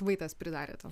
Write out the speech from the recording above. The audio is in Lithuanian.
vaitas pridarė ten